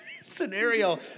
scenario